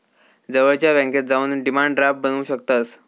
जवळच्या बॅन्केत जाऊन डिमांड ड्राफ्ट बनवू शकतंस